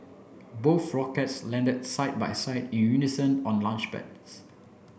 both rockets landed side by side in unison on launchpads